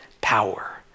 power